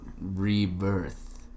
rebirth